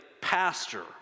pastor